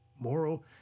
moral